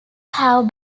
have